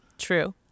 true